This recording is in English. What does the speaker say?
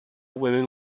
women